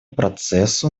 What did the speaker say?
процессу